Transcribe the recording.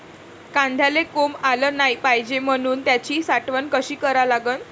कांद्याले कोंब आलं नाई पायजे म्हनून त्याची साठवन कशी करा लागन?